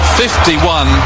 51